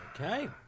Okay